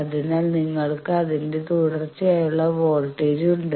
അതിനാൽ നിങ്ങൾക്ക് അതിന്റെ തുടർച്ചയുള്ള വോൾട്ടേജ് ഉണ്ട്